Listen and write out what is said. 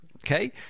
Okay